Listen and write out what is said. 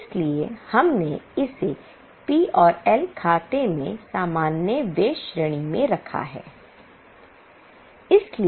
इसलिए हमने इसे पी और एल खाते में सामान्य व्यय श्रेणी में रखा है